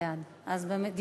בעד זה מליאה?